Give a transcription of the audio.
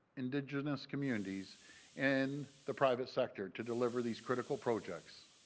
indigenous communities and the private sector to deliver these critical projects.